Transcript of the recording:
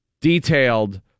detailed